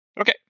Okay